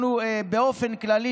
באופן כללי,